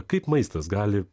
kaip maistas gali